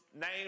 name